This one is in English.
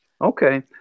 Okay